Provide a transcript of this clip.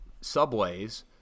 Subways